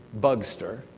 bugster